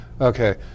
okay